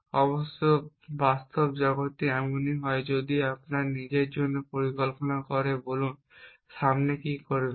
অবশ্যই বাস্তব জগৎটা এমনই হয় যদি আপনি আমাদের নিজের জন্য পরিকল্পনা করে বলুন সামনে কী করবেন